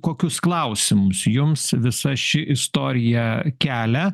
kokius klausimus jums visa ši istorija kelia